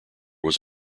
was